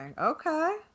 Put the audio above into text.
okay